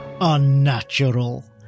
unnatural